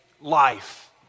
life